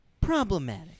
problematic